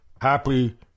happy